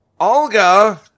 Olga